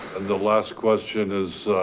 the last question is,